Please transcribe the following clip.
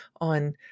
on